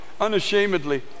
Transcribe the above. unashamedly